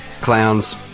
clowns